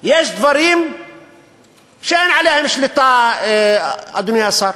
יש דברים שאין עליהם שליטה, אדוני השר.